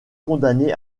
condamné